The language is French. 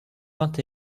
vingt